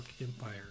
empire